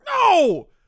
No